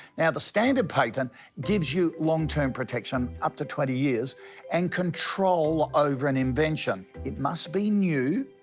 now, the standard patent gives you long term protection, up to twenty years and control over an invention. it must be new,